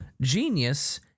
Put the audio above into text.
Genius